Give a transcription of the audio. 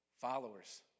followers